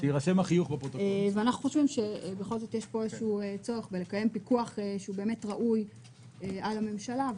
ואנחנו חושבים שבכל זאת יש פה צורך בקיום פיקוח ראוי על הממשלה.